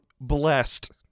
blessed